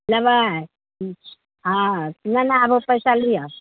लेबै हाँ लेने आबू पैसा लिअ